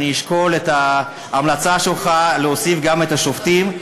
אני אשקול את ההמלצה שלך להוסיף גם את השופטים.